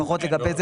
לא.